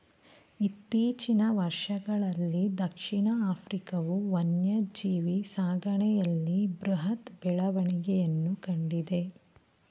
ಇತ್ತೀಚಿನ ವರ್ಷಗಳಲ್ಲೀ ದಕ್ಷಿಣ ಆಫ್ರಿಕಾವು ವನ್ಯಜೀವಿ ಸಾಕಣೆಯಲ್ಲಿ ಬೃಹತ್ ಬೆಳವಣಿಗೆಯನ್ನು ಕಂಡಿದೆ